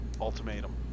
Ultimatum